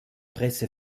presse